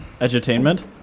edutainment